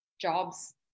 jobs